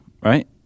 right